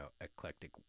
eclectic